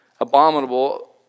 abominable